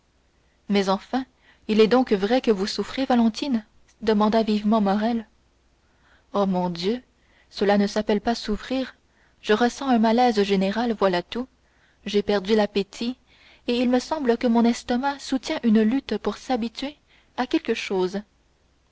mais enfin il est donc vrai que vous souffrez valentine demanda vivement morrel oh mon dieu cela ne s'appelle pas souffrir je ressens un malaise général voilà tout j'ai perdu l'appétit et il me semble que mon estomac soutient une lutte pour s'habituer à quelque chose